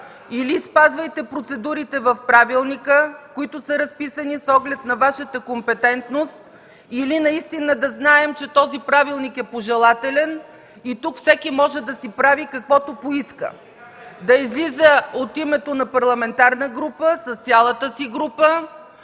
Или спазвайте процедурите в правилника, които са разписани с оглед на Вашата компетентност, или наистина да знаем, че този правилник е пожелателен и тук всеки може да си прави каквото поиска – да излиза от името на парламентарна група с цялата си група,